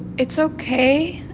it's ok.